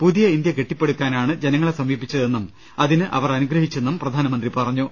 പുതിയ ഇന്ത്യ കെട്ടിപ്പടുക്കാനാണ് ജനങ്ങളെ സമീപിച്ചതെന്നും അതിന് അവർ അനുഗ്രഹിച്ചെന്നും പ്രധാനമന്ത്രി പറ ഞ്ഞു